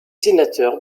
sénateurs